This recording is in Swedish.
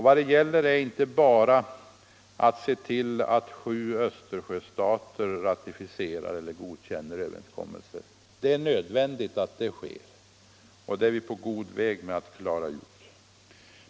Vad det gäller är inte bara att se till att sju Östersjöstater godkänner överenskommelsen. Det är nödvändigt att det sker, och det är vi på god väg att klara ut.